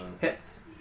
hits